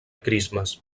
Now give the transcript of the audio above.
christmas